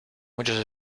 muchos